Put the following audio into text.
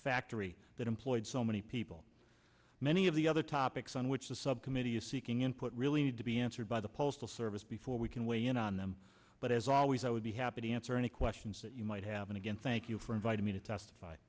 factory that employed so many people many of the other topics on which the subcommittee is seeking input really need to be answered by the postal service before we can weigh in on them but as always i would be happy to answer any questions that you might have and again thank you for inviting me to testify